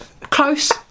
Close